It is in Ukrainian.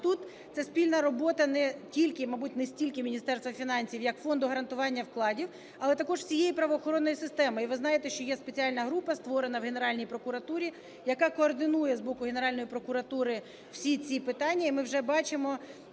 І тут це спільна робота не тільки, мабуть, не стільки Міністерства фінансів, як Фонду гарантування вкладів, але також всієї правоохоронної системи. І ви знаєте, що є спеціальна група, створена в Генеральній прокуратурі, яка координує з боку Генеральної прокуратури всі ці питання. І ми вже бачимо